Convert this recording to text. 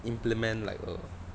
implement like a